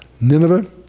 Nineveh